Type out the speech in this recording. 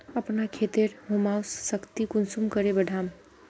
अपना खेतेर ह्यूमस शक्ति कुंसम करे बढ़ाम?